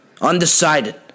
Undecided